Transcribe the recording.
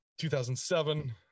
2007